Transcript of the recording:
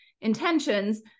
intentions